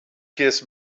kiss